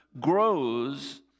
grows